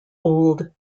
old